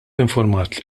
infurmat